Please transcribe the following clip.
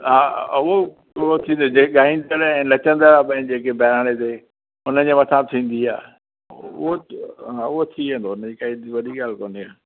हा उहो थींदा आहिनि जेके ॻाईंदण ऐं नचंदा पिया आहिनि बहिराणे ते उन्हनि जे मथां थींदी आहे उहो थी वेंदो उन जी काई वॾी ॻाल्हि कोन्हे